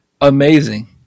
Amazing